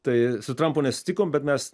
tai su trampu nesusitikom bet mes